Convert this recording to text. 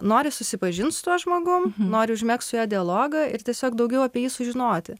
nori susipažint su tuo žmogumi nori užmegzt su juo dialogą ir tiesiog daugiau apie jį sužinoti